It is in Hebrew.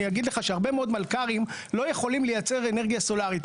אגיד לך שהרבה מאוד מלכ"רים לא יכולים לייצר אנרגיה סולרית.